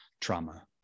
trauma